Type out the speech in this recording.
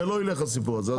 זה לא ילך הסיפור הזה.